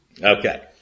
Okay